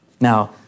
Now